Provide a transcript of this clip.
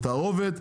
התערובת,